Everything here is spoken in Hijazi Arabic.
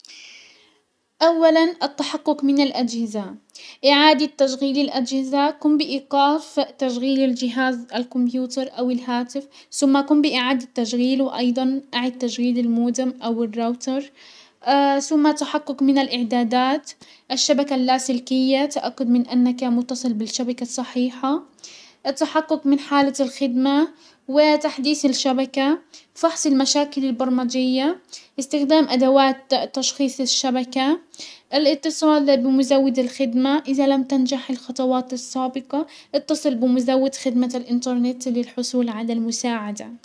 اولا التحقق من الاجهزة. اعادة تشغيل الاجهزة، قم بايقاف تشغيل الجهاز الكمبيوتر او الهاتف سم قم باعادة تشغيله، ايضا اعد تشغيل المودم او الراوتر، سم تحقق من الاعدادات الشبكة اللاسلكية، التأكد من انك متصل بالشبكة الصحيحة، التحقق من حالة الخدمة وتحديس الشبكة، فحص المشاكل البرمجية، استخدام ادوات تشخيص الشبكة، الاتصال بمزود الخدمة. ازا لم تنجح الخطوات السابقة اتصل بمزود خدمة الانترنت للحصول على المساعدة.